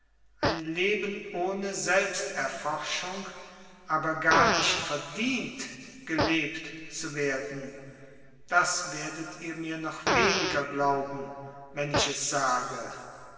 ein leben ohne selbsterforschung aber gar nicht verdient gelebt zu werden das werdet ihr mir noch weniger glauben wenn ich es sage